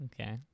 Okay